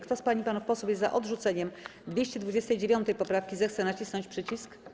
Kto z pań i panów posłów jest za odrzuceniem 229. poprawki, zechce nacisnąć przycisk.